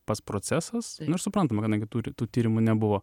pats procesas nu ir suprantama kadangi tur tų tyrimų nebuvo